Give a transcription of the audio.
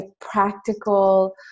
practical